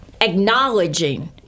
acknowledging